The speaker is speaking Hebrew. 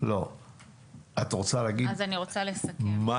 רוצה לסכם.